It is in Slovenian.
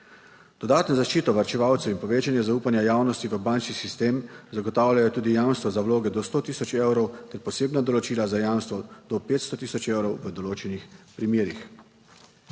Dodatno zaščito varčevalcev in povečanje zaupanja javnosti v bančni sistem zagotavljajo tudi jamstva za vloge do 100 tisoč evrov ter posebna določila za jamstva do 50 tisoč evrov v določenih primerih.